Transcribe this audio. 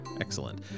Excellent